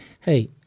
hey